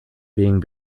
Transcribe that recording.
being